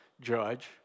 judge